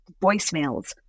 voicemails